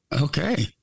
Okay